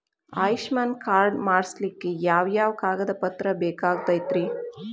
Ayushman card ಮಾಡ್ಸ್ಲಿಕ್ಕೆ ಯಾವ ಯಾವ ಕಾಗದ ಪತ್ರ ಬೇಕಾಗತೈತ್ರಿ?